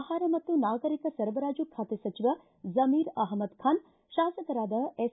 ಆಹಾರ ಮತ್ತು ನಾಗರಿಕ ಸರಬರಾಜು ಖಾತೆ ಸಚಿವ ಜಮೀರ್ ಅಹಮದ್ ಖಾನ್ ಶಾಸಕರಾದ ಎಸ್